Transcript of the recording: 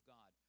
God